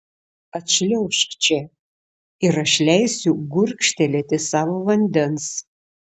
atšliaužk čia ir aš leisiu gurkštelėti savo vandens